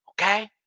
Okay